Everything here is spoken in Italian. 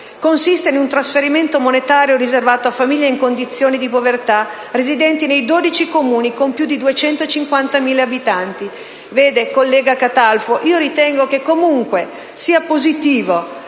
consiste in un trasferimento monetario riservato a famiglie in condizioni di povertà residenti nei 12 Comuni con più di 250.000 abitanti. Vede, collega Catalfo, ritengo che comunque la